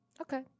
Okay